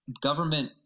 government